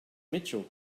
mitchell